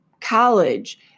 college